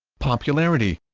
popularity